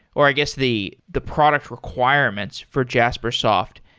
or i guess the the product requirements for jaspersoft,